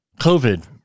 COVID